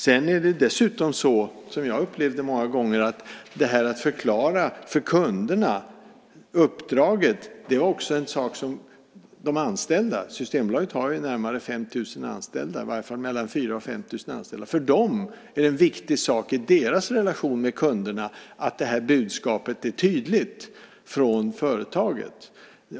Dessutom är det så, något som jag många gånger upplevde, att detta med att förklara uppdraget för kunderna är en viktig sak för de anställda. Systembolaget har i varje fall 4 000-5 000 anställda. För dem är det i deras relation med kunderna en viktig sak att det här budskapet är tydligt från företaget.